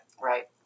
Right